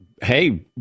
Hey